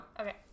Okay